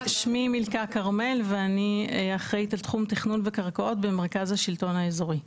שמי מילכה כרמל ואני אחראית לתחום תכנון וקרקעות במרכז השלטון האזורי.